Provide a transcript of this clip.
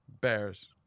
Bears